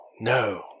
No